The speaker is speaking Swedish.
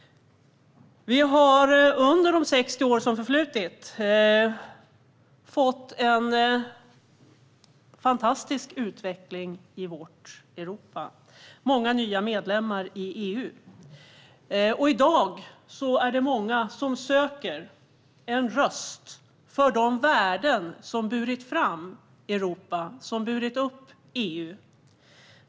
Under de 60 år som har förflutit har det varit en fantastisk utveckling i vårt Europa. EU har fått många nya medlemmar. Och i dag är det många som söker en röst för de värden som har burit fram Europa, som har burit upp EU.